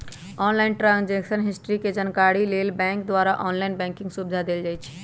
online transaction history के जानकारी लेल बैंक द्वारा ऑनलाइन बैंकिंग सुविधा देल जाइ छइ